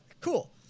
Cool